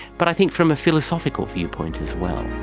but i think from a philosophical viewpoint as well.